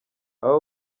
aba